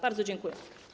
Bardzo dziękuję.